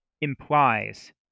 implies